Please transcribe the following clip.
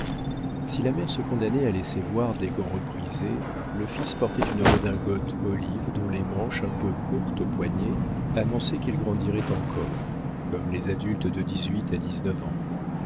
si la mère se condamnait à laisser voir des gants reprisés le fils portait une redingote olive dont les manches un peu courtes au poignet annonçaient qu'il grandirait encore comme les adultes de dix-huit à dix-neuf ans